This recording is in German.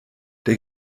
der